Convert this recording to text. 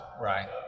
Right